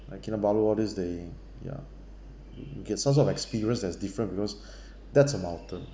like kinabalu all these they ya you get some sort of experience that is different because that's a mountain